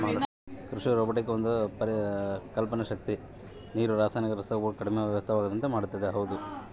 ಕೃಷಿ ರೊಬೊಟಿಕ್ಸ್ ಒಂದು ಕಲ್ಪನೆ ಶಕ್ತಿ ನೀರು ರಾಸಾಯನಿಕ ರಸಗೊಬ್ಬರಗಳು ಕಡಿಮೆ ವ್ಯರ್ಥವಾಗುವಂತೆ ಮಾಡುತ್ತದೆ